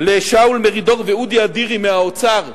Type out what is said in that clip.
לשאול מרידור ואודי אדירי מהאוצר,